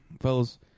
Fellas